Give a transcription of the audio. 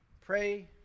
Pray